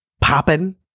popping